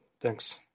thanks